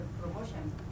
promotion